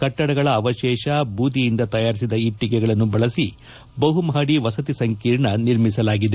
ಕಟ್ಟಡಗಳ ಅವಶೇಷ ಬೂದಿಯಿಂದ ತಯಾರಿಸಿದ ಇಟ್ಟಗೆಗಳನ್ನು ಬಳಸಿ ಬಹುಮಹಡಿ ವಸತಿ ಸಂಕೀರ್ಣ ನಿರ್ಮಿಸಲಾಗಿದೆ